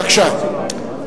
בבקשה.